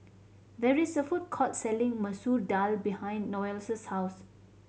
there is a food court selling Masoor Dal behind Noelle's house